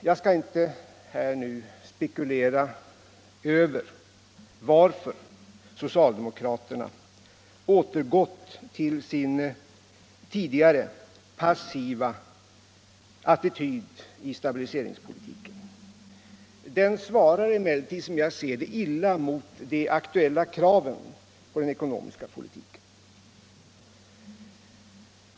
Jag skall inte nu spekulera över varför socialdemokraterna återgått till sin tidigare passiva attityd i stabiliseringspolitiken. Den svarar emellertid, som jag ser det, illa mot de aktuella kraven på den ekonomiska politiken.